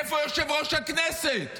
איפה יושב-ראש הכנסת?